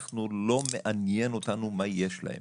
אנחנו, לא מעניין אותנו מה יש להם.